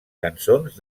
cançons